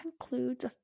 concludes